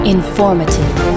informative